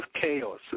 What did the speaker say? chaos